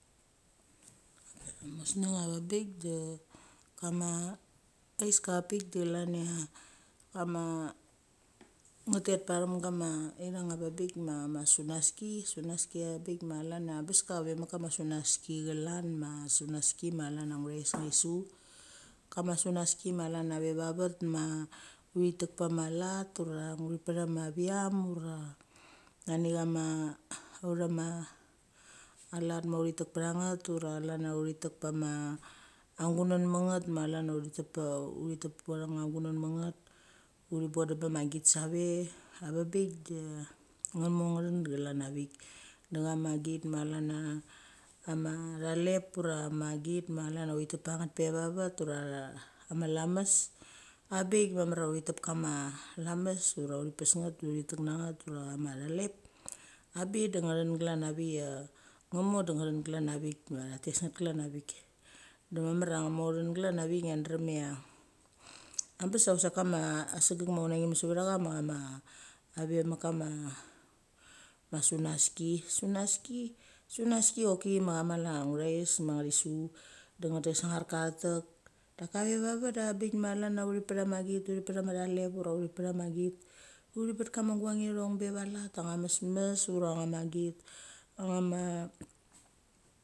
museng a veng bik da kama asika pik de chlan ia kama nga tet pachena kama ithang a veng bik ma, ma sunaski, sunaski a bik ma chlan a bes ka ve mek kama sunaski chlan ma, sunaski ma chlan necha authes ti su. Kam a sunaski ma chlan a veve vet ma uthi tek pama let ura uthi tekecha ma vicham ura nangichama autha malet ma uthi tek pecha get ura chlana uthi tek pachama gungngmet nget ma chlan a uthi tek pecha, pecha gungngmet nget. Uthi bondam bacha ma git save, aveng bik de ngmo ngthen de chalan a vik. De cham git ma chlan a mathalep ura ma git ma chlan a a ma thalep ura ma git ma chlan a uthi tek pecha nget pe va vet ura a a ama lamas, abik mamar a uthi tep kama lamas diva uthi pes nget du thi tek necha nget ura chama thalep, abik de ngthen glan avikchla ngode ngthen glan avik ia tha tes nget klan a vik. De mamar a ngmo ngthen klan a vik ngia drem cha am bes a chusek kama segek ma unecha nem sevechan machama a ve mek kama sunaski, sunaski sunaski choki ma chamala nguhes ma ngthi su de ngthi sangar ka thetek. Daka the ve vavet ava bik ma chlan cha uthi pet ama git uthipetama thalep ura uthi amagit. Uthi pat kama guang ithtong pe valet a cha mesmes ura chama git a chama.